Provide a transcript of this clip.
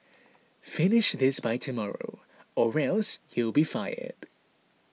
finish this by tomorrow or else you'll be fired